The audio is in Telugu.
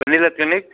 ప్రణిధా క్లినిక్